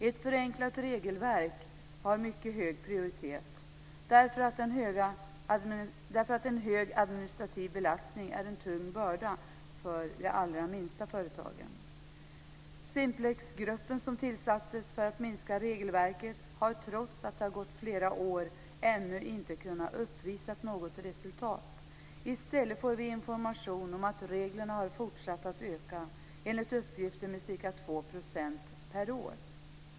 Ett förenklat regelverk har mycket hög prioritet, därför att en hög administrativ belastning är en tung börda för de allra minsta företagen. Simplexgruppen, som tillsattes för att minska regelverket, har trots att det gått flera år ännu inte kunnat uppvisa något resultat. I stället får vi information om att reglerna har fortsatt att öka, enligt uppgifter med ca 2 % per år.